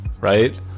right